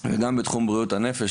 וגם בתחום בריאות הנפש,